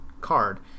card